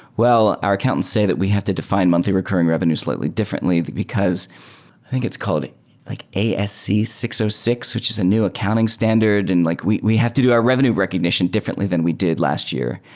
well, our accountants say that we have to define monthly recurring revenue slightly differently because i think it's called a like a s c six zero so six, which is a new accounting standard and like we we have to do our revenue recognition differently than we did last year.